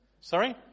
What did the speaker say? Sorry